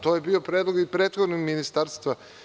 To je bio predlog i prethodnog ministarstva.